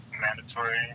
mandatory